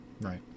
Right